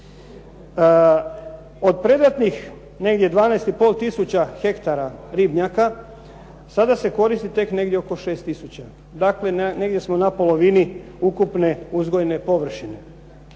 i pol tisuća hektara ribnjaka sada se koristi tek negdje oko 6000. Dakle, negdje smo na polovini ukupne uzgojne površine.